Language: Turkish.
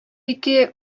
iki